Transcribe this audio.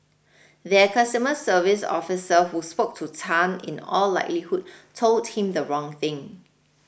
their customer service officer who spoke to Tan in all likelihood told him the wrong thing